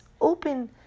open